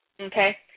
Okay